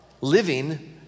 living